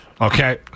Okay